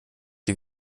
die